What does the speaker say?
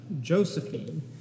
Josephine